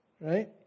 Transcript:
right